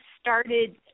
started